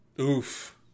Oof